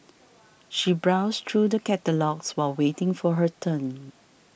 she browsed through the catalogues while waiting for her turn